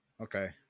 Okay